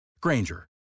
Granger